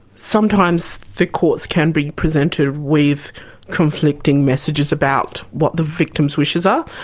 sometimes the courts can be presented with conflicting messages about what the victim's wishes are.